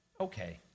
Okay